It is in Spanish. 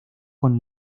con